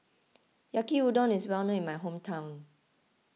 Yaki Udon is well known in my hometown